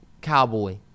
Cowboy